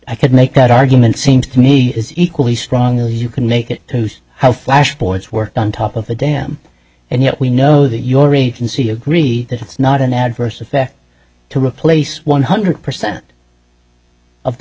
i could make that argument seems to me as equally strong as you can make it who's how flash boys worked on top of the dam and yet we know that your agency agree that it's not an adverse effect to replace one hundred percent of the